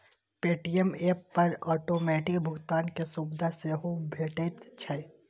Paytm app पर automatic भुगतान के सुविधा सेहो भेटैत छैक